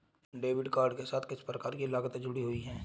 Debit card के साथ किस प्रकार की लागतें जुड़ी हुई हैं?